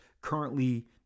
currently